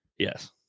yes